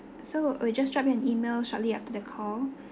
so we'll just drop you an email shortly after the call